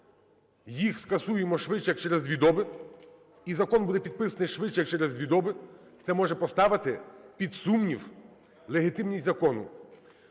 їх скасуємо швидше, як через дві доби, і закон буде підписаний швидше, як через дві доби, це може поставити під сумнів легітимність закону.